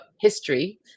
history